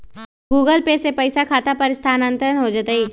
Google Pay से पईसा खाता पर स्थानानंतर हो जतई?